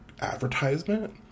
advertisement